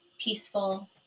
peaceful